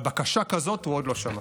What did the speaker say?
אבל בקשה כזאת הוא עוד לא שמע.